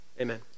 amen